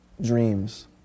dreams